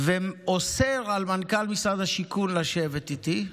ואוסר על מנכ"ל משרד השיכון לשבת איתי.